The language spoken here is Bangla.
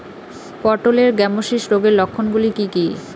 পটলের গ্যামোসিস রোগের লক্ষণগুলি কী কী?